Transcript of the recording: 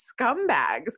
scumbags